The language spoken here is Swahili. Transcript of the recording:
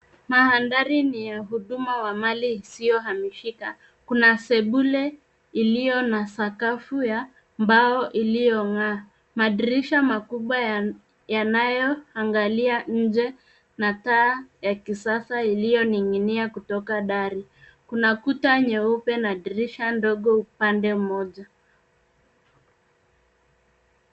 Mandhari ni ya huduma wa mali isiyohamishika. Kuna sebule iliyo na sakafu ya mbao iliyong'aa. Madirisha makubwa yanayoangalia nje na taa ya kisasa iliyoning'inia kutoka dari. Kuna kuta nyeupe na dirisha ndogo upande moja.